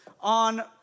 on